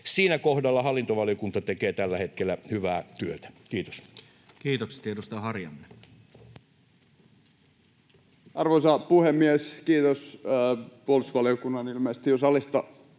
Siinä kohdalla hallintovaliokunta tekee tällä hetkellä hyvää työtä. — Kiitos. Kiitokset. — Ja edustaja Harjanne. Arvoisa puhemies! Kiitos puolustusvaliokunnan ilmeisesti jo salista